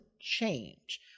change